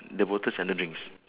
the bottle's under drinks